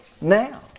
now